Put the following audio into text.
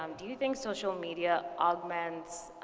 um do you think social media augments